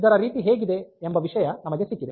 ಇದರ ರೀತಿ ಹೇಗಿದೆ ಎಂಬ ವಿಷಯ ನಮಗೆ ಸಿಕ್ಕಿದೆ